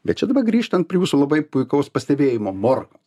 bet čia dabar grįžtant prie jūsų labai puikaus pastebėjimo morkos